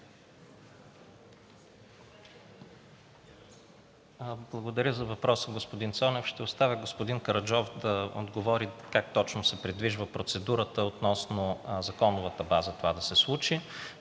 Благодаря за въпроса, господин Цонев. Ще оставя господин Караджов да отговори как точно се придвижва процедурата относно законовата база това да се случи.